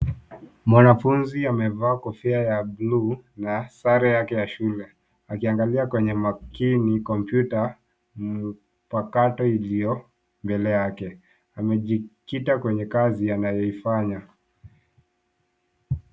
Mwanafunzi amevaa kofia ya bluu na sare yake ya shule, akiangalia kwenye makini kompyuta mpakato iliyo mbele yake. Amejikita kwenye kazi anayoifanya.